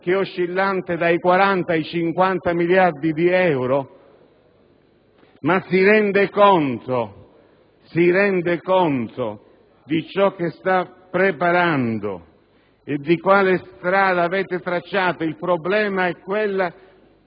che è oscillante tra i 40 e i 50 miliardi di euro? Ma si rende conto? Si rende conto di ciò che sta preparando e di quale strada avete tracciato? Il problema è quello